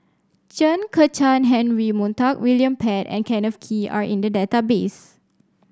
Chen Kezhan Henri Montague William Pett and Kenneth Kee are in the database